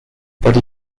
body